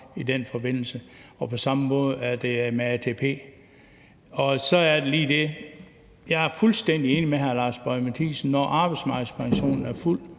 i den forbindelse, og det er på samme måde med ATP. Så er der lige noget andet. Jeg er fuldstændig enig med hr. Lars Boje Mathiesen i, at når arbejdsmarkedspensionen er fuldt